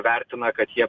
vertina kad jie